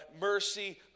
mercy